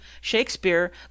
Shakespeare